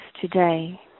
today